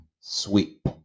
sweep